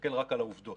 מסתכל רק על העובדות.